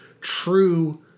true